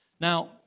Now